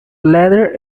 later